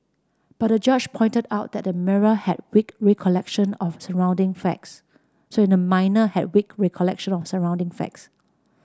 but the judge pointed out that the minor had weak recollection of surrounding facts so the minor had weak recollection of surrounding facts